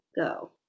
go